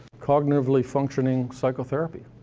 cognitively functioning psychotherapy.